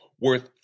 worth